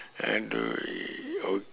!adui!